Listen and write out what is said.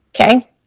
Okay